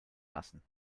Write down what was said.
lassen